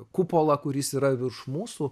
kupolą kuris yra virš mūsų